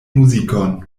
muzikon